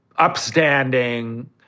upstanding